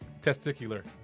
Testicular